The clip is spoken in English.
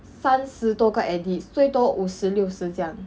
三十多个 edits 最多五十六十这样